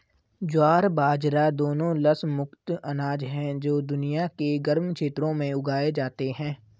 ज्वार बाजरा दोनों लस मुक्त अनाज हैं जो दुनिया के गर्म क्षेत्रों में उगाए जाते हैं